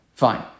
Fine